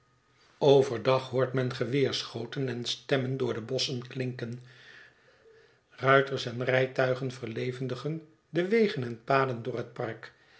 dag hoort men geweerschoten en stemmen door de bosschen klinken ruiters en rijtuigen verlevendigen de wegen en paden door het park